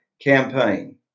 campaign